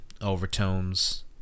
overtones